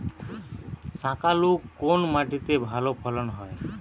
শাকালু কোন মাটিতে ভালো ফলন হয়?